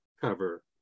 cover